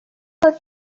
are